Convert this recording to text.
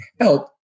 help